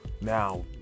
now